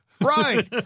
right